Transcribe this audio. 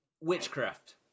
Witchcraft